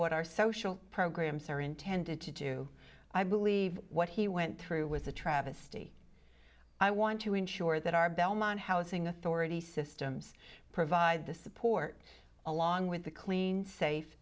what our social programs are intended to do i believe what he went through with the travesty i want to ensure that our belmont housing authority systems provide the support along with the clean safe